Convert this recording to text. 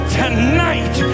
tonight